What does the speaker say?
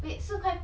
ya